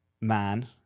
man